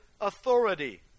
authority